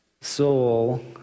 soul